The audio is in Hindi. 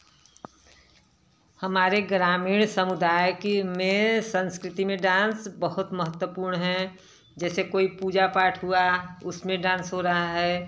हमारे ग्रामीण समुदाय की में संस्कृति में डांस बहुत महत्वपूर्ण है जैसे कोई पूजा पाठ हुआ उसमें डांस हो रहा है